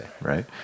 right